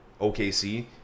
OKC